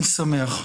אני שמח.